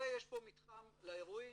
ויש פה מתחם לאירועים.